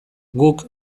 guk